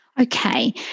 Okay